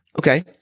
Okay